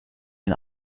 den